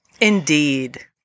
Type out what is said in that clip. indeed